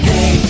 Hey